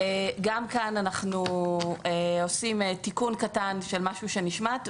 גם כאן עושים תיקון קטן של משהו שנשמט,